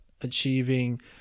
achieving